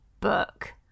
book